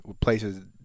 places